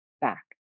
back